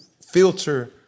filter